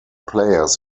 players